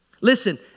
Listen